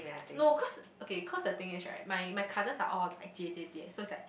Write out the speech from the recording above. no cause okay cause the thing is right my my cousins are all like Jie Jie Jie so it's like